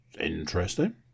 interesting